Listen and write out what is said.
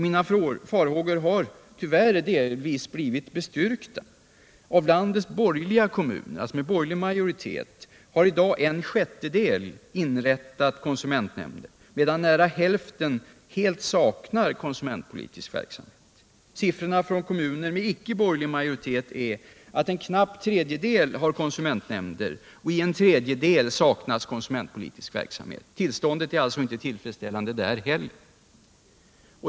Mina farhågor har tyvärr delvis blivit bestyrkta. Av landets kommuner med borgerlig majoritet har i dag en sjättedel inrättat konsumentnämnder, medan nära hälften helt saknar konsumentpolitisk verksamhet. Siffrorna för kommuner med icke-borgerlig majoritet visar att en knapp tredjedel har konsumentnämnder, och i en tredjedel saknas konsumentpolitisk verksamhet. Tillståndet är alltså inte heller där tillfredsställande.